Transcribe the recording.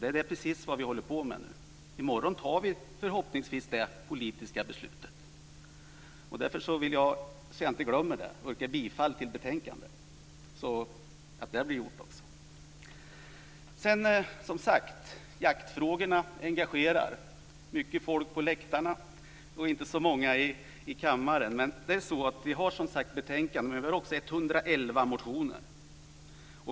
Det är precis det vi håller på med nu. I morgon fattar vi förhoppningsvis det politiska beslutet. Därför vill jag, så att jag inte glömmer det, yrka bifall till utskottets hemställan. Så blir det gjort också. Jaktfrågorna engagerar. Det är mycket folk på läktarna, inte så många i kammaren. Vi har som sagt betänkandet, men vi har också 111 motioner.